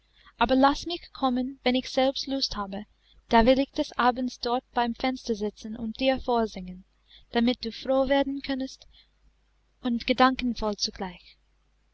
aber laß mich kommen wenn ich selbst lust habe da will ich des abends dort beim fenster sitzen und dir vorsingen damit du froh werden könnest und gedankenvoll zugleich